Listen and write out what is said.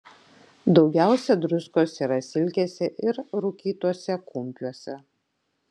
daugiausia druskos yra silkėse ir rūkytuose kumpiuose